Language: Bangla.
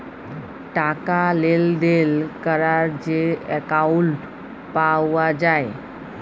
টাকা লেলদেল ক্যরার যে একাউল্ট পাউয়া যায়